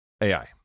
AI